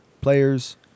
players